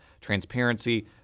transparency